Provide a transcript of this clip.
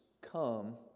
come